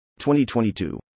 2022